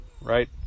right